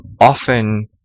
often